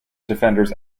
defenders